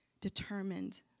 determined